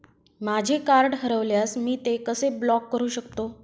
माझे कार्ड हरवल्यास मी ते कसे ब्लॉक करु शकतो?